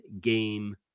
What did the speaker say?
game